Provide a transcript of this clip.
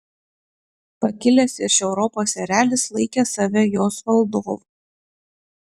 pakilęs virš europos erelis laikė save jos valdovu